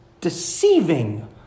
deceiving